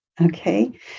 Okay